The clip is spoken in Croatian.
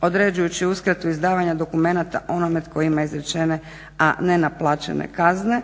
određujući uskratu izdavanja dokumenata onome tko ima izrečene, a nenaplaćene kazne.